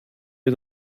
ihr